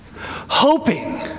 hoping